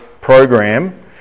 program